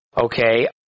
Okay